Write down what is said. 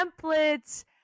templates